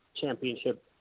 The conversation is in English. Championship